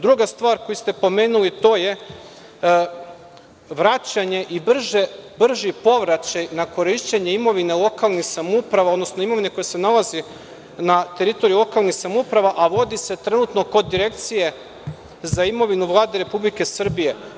Druga stvar koju ste pomenuli to je vraćanje i brži povraćaj na korišćenje imovine lokalnih samouprava, odnosno imovine koja se nalazi na teritoriji lokalnih samouprava, a vodi se trenutno kod Direkcije za imovinu Vlade Republike Srbije.